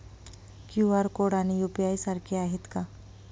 QR code आणि UPI सारखे आहेत का?